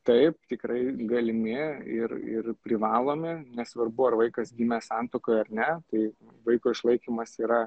taip tikrai galimi ir ir privalomi nesvarbu ar vaikas gimė santuokoje ar ne tai vaiko išlaikymas yra